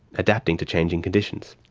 adapting to changing conditions.